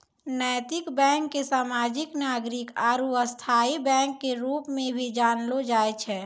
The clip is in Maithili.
नैतिक बैंक के सामाजिक नागरिक आरू स्थायी बैंक के रूप मे भी जानलो जाय छै